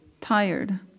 tired